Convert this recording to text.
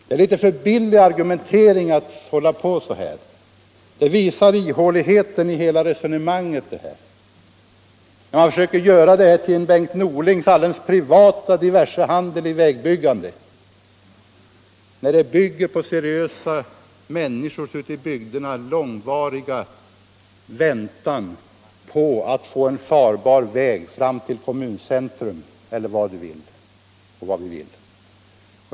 Det är en litet för billig argumentering att hålla på så här. Det visar ihåligheten i hela resonemanget när man försöker göra detta till en Bengt Norlings alldeles privata diversehandel i vägbyggande, när det i själva verket bygger på seriösa människors långvariga väntan ute i bygderna på att få exempelvis en farbar väg fram till kommuncentrum.